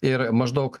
ir maždaug